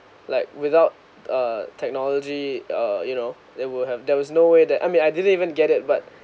like without uh technology uh you know it will have there was no way that I mean I didn't even get it but